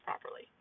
properly